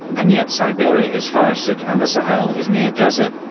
and yet siberia is forested and the sahel is near-desert,